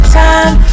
time